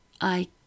I